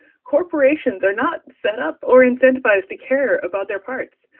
corporations are not set up or incentivised to care about their parts.